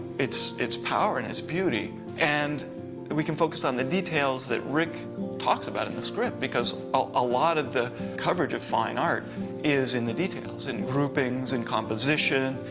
its its power and its beauty. and we can focus on the details that rick talks about in the script because a lot of the coverage of fine art is in the details in groupings, in composition,